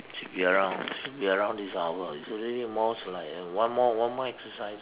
should be around should be around this hour it's already almost like one more one more exercise